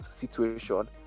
situation